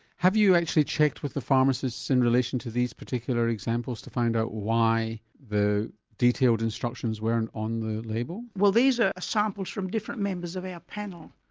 have you actually checked with the pharmacist in relation to these particular examples to find out why the detailed instructions weren't on the label? well these are samples from different members of our panel.